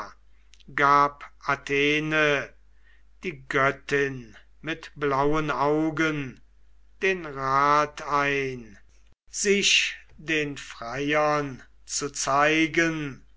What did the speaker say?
gab athene die göttin mit blauen augen den rat ein sich den freiern zu zeigen